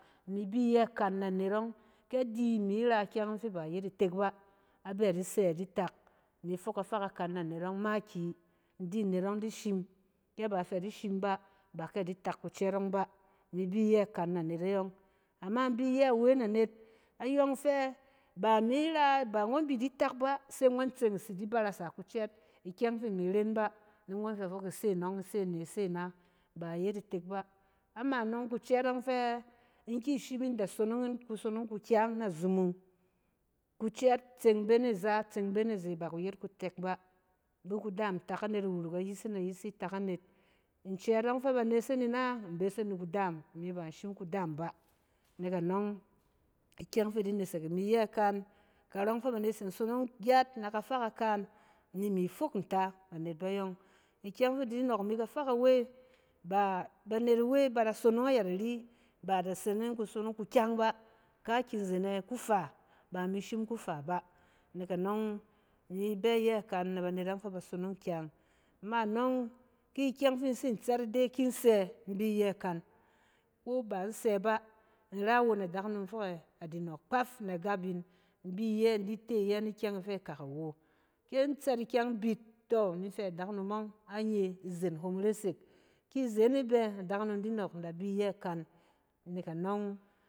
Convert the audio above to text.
Imi bi iyɛ ikan ne net ↄng kɛ imi ra ikyɛng ↄng fɛ ba iyet itek ba, abɛ disɛ adi tak. Imi fok kafa kakan na anet ↄng makiyi. In di anet ↄng dishim, kɛ ba a fɛ di shim ba ba kɛ di tak kucɛɛt ↄng ba. Imi bi iyɛ ikan na anet ayↄng. Ama in bi iyɛ iwe na anet ayↄng fɛ, ba mi ra-ba ngↄn bi di tak ba se ngↄn tseng itsi di barasa kucɛɛt ikyɛng fi imi ren ba ni ngↄn fɛ fok ise nↄng ise ane, ise ana ba iyet itek ba. Ama anↄng kucɛɛt ↄng fɛ in ki ishim da sonong yin kusonong kukyang na zumung, kucɛɛt tseng bene za tseng bene ze ba kuyet kutek ba. Ibi kudaam tak anet nuruk ayisi na ayisi na ayisi taka net. Ncɛɛt ↄng fɛ ba nese ni ina, in bese ni kudaam, imi ba in shim kudaam ba. Nek anↄng, ikyɛng fi idi nesek imi iyɛ ikan, karↄng fɛ ba net tsin sonong gyat na kafa kakan ni mi fok nta banet bayↄng. Ikyɛng fi di nↄk imi kafa kawe, ba, banet awe ba da sonong ayɛt ari, ba da sonong yin kusonong kukyɛng ba, kaakyizen ɛ-kufa, ba imi shim kufa ba. Nek anↄng imi bɛ iyɛ ikɛn na banetↄng fɛ ba sonong kyang. Ma anↄng, ki ikyɛng fi in tsin tsɛt ide kin sɛ in bi iyɛ ikan, ko ba in sɛ ba, in ra awon adakunom fok ɛ-adi nↄk kpaf na gap in. In bi iyɛ, in di te iyɛ ni kyɛng akak awo. Kin tsɛt ikyɛng in bit, tↄ imi fɛ adakunom ↄng a nye izen hom resek. Ki zen e bɛ adakunom di nↄk, in da bi iyɛ ikan, nek anↄng